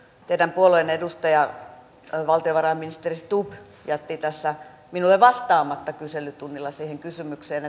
teidän puolueenne edustaja valtiovarainministeri stubb jätti minulle vastaamatta kyselytunnilla siihen kysymykseen